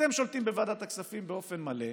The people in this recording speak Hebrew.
אתם שולטים בוועדת הכספים באופן מלא,